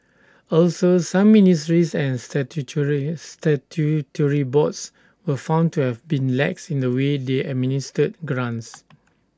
also some ministries and statutory statutory boards were found to have been lax in the way they administered grants